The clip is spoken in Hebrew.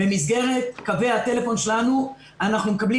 במסגרת קווי הטלפון שלנו אנחנו מקבלים